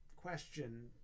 Question